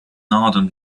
ardent